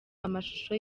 amashusho